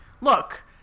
look